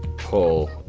pull,